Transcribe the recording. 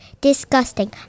Disgusting